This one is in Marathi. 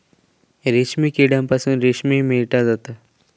रेशीम किड्यांपासून रेशीम मिळवला जाता